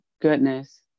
goodness